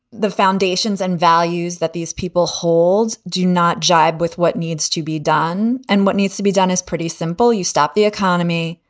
the foundations and values that these people hold do not jibe with what needs to be done and what needs to be done is pretty simple. you stop the economy.